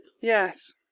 Yes